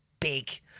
big